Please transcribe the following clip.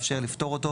וכן מאפשר לפטור אותו,